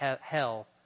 hell